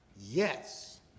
Yes